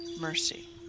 mercy